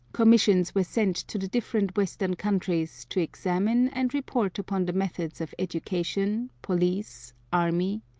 commissions were sent to the different western countries to examine and report upon the methods of education, police, army,